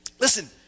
Listen